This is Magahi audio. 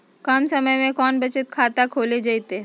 कम समय में कौन बचत खाता खोले जयते?